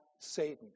Satan